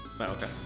Okay